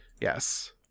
Yes